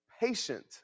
patient